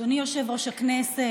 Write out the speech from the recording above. אדוני יושב-ראש הכנסת,